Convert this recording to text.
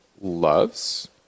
loves